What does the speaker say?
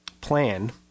plan